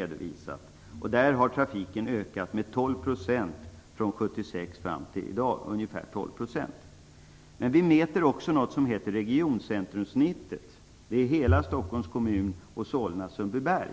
Enligt detta har trafiken ökat med ungefär 12 % från 1976 fram till i dag. Men vi mäter också det s.k. regioncentrumsnittet, som innefattar hela Stockholms kommun och Solna-Sundbyberg.